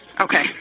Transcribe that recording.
Okay